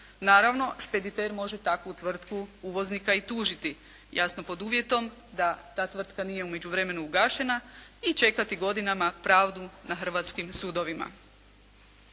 Naravno špediter može takvu tvrtku uvoznika i tužiti jasno pod uvjetom da ta tvrtka nije u međuvremenu ugašena i čekati godinama pravdu na hrvatskim sudovima.